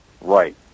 right